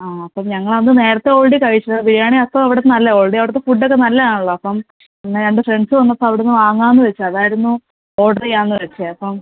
ആ അപ്പം ഞങ്ങൾ അന്ന് നേരത്തെ ഓൾറെഡി കഴിച്ചു ബിരിയാണി അപ്പോൾ അവിടെ നല്ല ഓൾറെഡി അവിടുത്തെ ഫുഡ്ഡ് ഒക്കെ നല്ലത് ആണല്ലോ അപ്പം എന്നാൽ രണ്ട് ഫ്രണ്ട്സ് വന്നപ്പോൾ അവിടെ നിന്ന് വാങ്ങാമെന്ന് വച്ചു അത് ആയിരുന്നു ഓർഡർ ചെയ്യാമെന്നു വച്ചത് അപ്പം